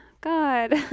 god